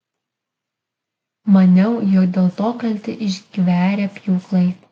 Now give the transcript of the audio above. maniau jog dėl to kalti išgverę pjūklai